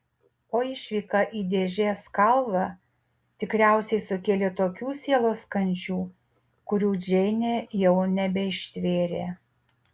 o išvyka į dėžės kalvą tikriausiai sukėlė tokių sielos kančių kurių džeinė jau nebeištvėrė